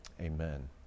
amen